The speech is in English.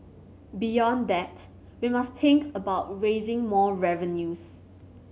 beyond that we must think about raising more revenues